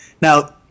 Now